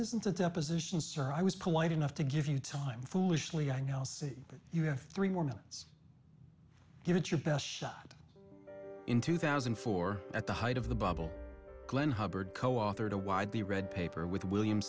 isn't a deposition so i was polite enough to give you time foolishly i now see you have three more months give it your best shot in two thousand and four at the height of the bubble glenn hubbard coauthored a widely read paper with william